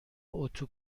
اتو